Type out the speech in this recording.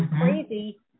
crazy